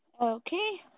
Okay